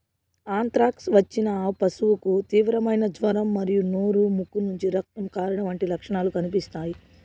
anthrax వచ్చిన పశువుకు తీవ్రమైన జ్వరం మరియు నోరు, ముక్కు నుంచి రక్తం కారడం వంటి లక్షణాలు కనిపిస్తాయి